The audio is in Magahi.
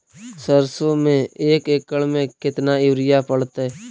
सरसों में एक एकड़ मे केतना युरिया पड़तै?